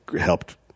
helped